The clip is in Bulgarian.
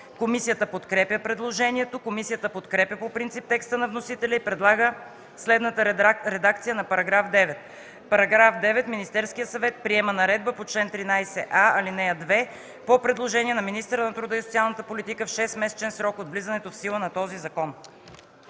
Комисията подкрепя предложението. Комисията подкрепя по принцип текста на вносителя и предлага следната редакция на § 9: „§ 9. Министерският съвет приема наредбата по чл. 13а, ал. 2 по предложение на министъра на труда и социалната политика в 6-месечен срок от влизането в сила на този закон.”